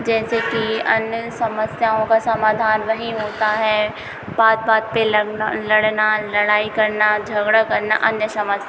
जैसे कि अन्य समस्याओं का समाधान वहीं होता है बात बात पर लगना लड़ना लड़ाई करना झगड़ा करना अन्य समस